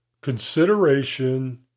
consideration